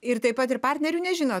ir taip pat ir partnerių nežinot